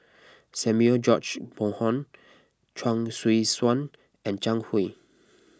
Samuel George Bonham Chuang Hui Tsuan and Zhang Hui